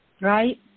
right